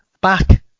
Back